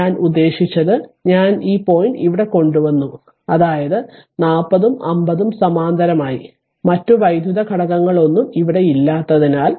ഞാൻ ഉദ്ദേശിച്ചത് ഞാൻ ഈ പോയിന്റ് ഇവിടെ കൊണ്ടുവന്നു അതായത് 40 ഉം 50 ഉം സമാന്തരമായി മറ്റ് വൈദ്യുത ഘടകങ്ങളൊന്നും ഇവിടെ ഇല്ലാത്തതിനാൽ